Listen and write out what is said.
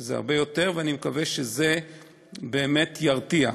שזה הרבה יותר, ואני מקווה שזה באמת ירתיע.